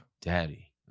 Daddy